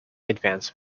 advance